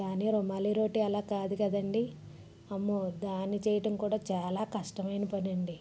కానీ రోమాలి రోటి అలా కాదు కదండి అమ్మో దాన్ని చేయటం కూడా చాలా కష్టమైన పనండి